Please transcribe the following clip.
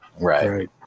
Right